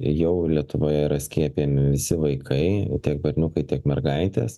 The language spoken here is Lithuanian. jau lietuvoje yra skiepijami visi vaikai tiek berniukai tiek mergaitės